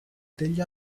degli